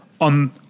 on